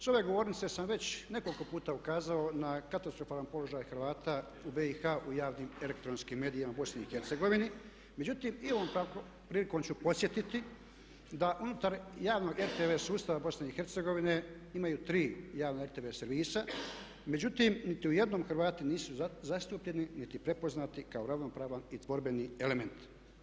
S ove govornice sam već nekoliko puta ukazao na katastrofalan položaj Hrvata u BiH u javnim elektronskim medijima BiH, međutim i ovom prilikom ću podsjetiti da unutar javnog RTV sustava BiH imaju tri javna RTV servisa međutim niti u jednom Hrvati nisu zastupljeni niti prepoznati kao ravnopravan i tvorbeni element.